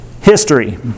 history